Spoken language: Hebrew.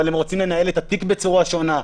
אבל הם רוצים לנהל את התיק בצורה שונה,